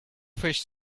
fish